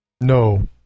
No